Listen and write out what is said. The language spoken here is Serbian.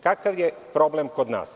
Kakav je problem kod nas?